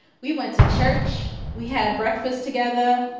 we went to church, we had breakfast together,